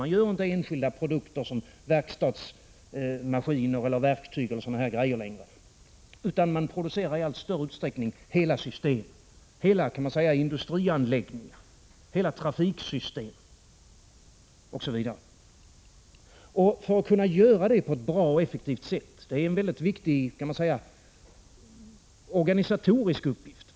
Man gör inte längre enskilda produkter såsom verkstadsmaskiner, verktyg eller sådant, utan man producerar i allt större utsträckning hela system, hela industrianläggningar, hela trafiksystem osv. Att kunna göra detta på ett effektivt och bra sätt är en viktig organisatorisk uppgift.